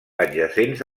adjacents